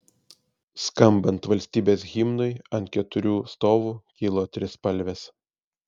skambant valstybės himnui ant keturių stovų kilo trispalvės